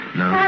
no